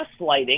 gaslighting